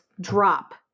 drop